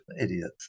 idiots